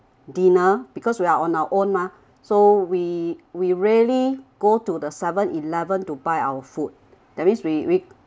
dinner because we are on our own mah so we we really go to the seven eleven to buy our food that means we we